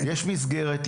יש מסגרת,